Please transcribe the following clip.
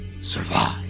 survive